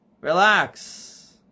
Relax